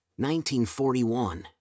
1941